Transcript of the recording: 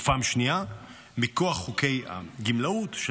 ופעם שנייה מכוח חוקי הגמלאות,